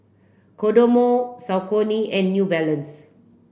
Kodomo Saucony and New Balance